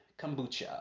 kombucha